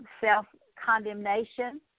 self-condemnation